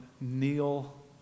kneel